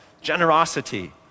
generosity